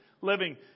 living